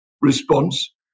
response